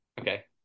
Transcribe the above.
Okay